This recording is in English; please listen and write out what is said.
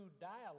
dialogue